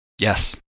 Yes